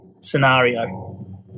scenario